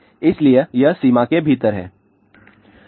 इसलिए यह सीमा के भीतर है